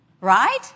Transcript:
right